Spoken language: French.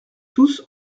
tous